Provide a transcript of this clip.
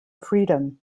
freedom